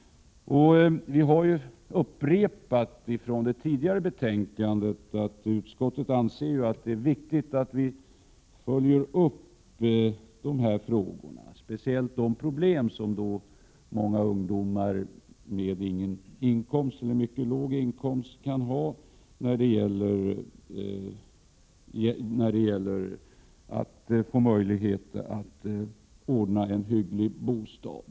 I ett tidigare betänkande har utskottet anfört att det är viktigt att dessa frågor följs upp. Speciellt gäller detta de problem som många ungdomar med inga eller låga inkomster kan ha beträffande möjligheterna att ordna med en hygglig bostad.